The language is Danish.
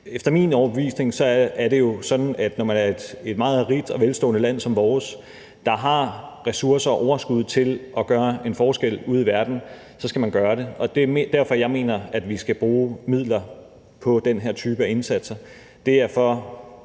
Efter min overbevisning er det jo sådan, at når man er et meget rigt og velstående land som vores, der har ressourcer og overskud til at gøre en forskel ude i verden, så skal man gøre det. Det er derfor, jeg mener, at vi skal bruge midler på den her type af indsatser.